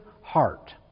heart